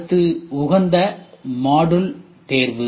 அடுத்தது உகந்த மாடுல் தேர்வு